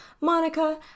monica